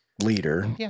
leader